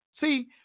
See